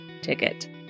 ticket